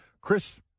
Chris